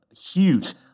huge